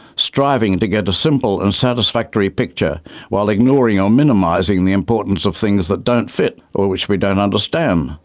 striving to get a simple and satisfactory picture while ignoring or minimising the importance of things that don't fit or which we don't understand,